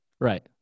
Right